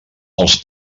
els